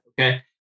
okay